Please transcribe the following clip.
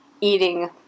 eating